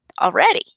already